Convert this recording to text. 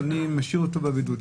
ואני משאיר אותו בבידוד.